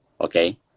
Okay